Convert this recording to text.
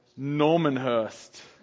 Normanhurst